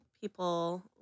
people